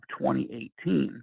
2018